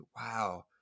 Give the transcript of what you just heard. wow